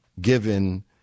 given